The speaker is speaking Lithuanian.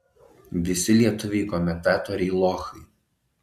visi lietuviai komentatoriai lochai